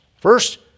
First